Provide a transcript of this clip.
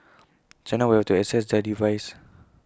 China will to assess their advice